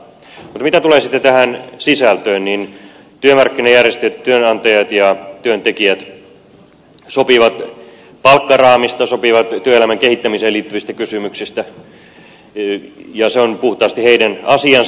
mutta mitä tulee sitten tähän sisältöön niin työmarkkinajärjestöt työnantajat ja työntekijät sopivat palkkaraamista sopivat työelämän kehittämiseen liittyvistä kysymyksistä ja se on puhtaasti heidän asiansa